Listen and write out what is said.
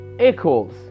equals